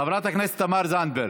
חברת הכנסת תמר זנדברג,